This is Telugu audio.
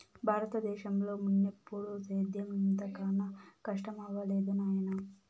బారత దేశంలో మున్నెప్పుడూ సేద్యం ఇంత కనా కస్టమవ్వలేదు నాయనా